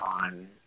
on